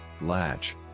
latch